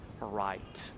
right